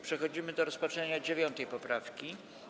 Przechodzimy do rozpatrzenia 9. poprawki.